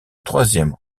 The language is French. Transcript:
troisième